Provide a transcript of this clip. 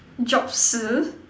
jobs